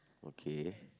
okay